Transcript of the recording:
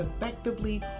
effectively